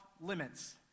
limits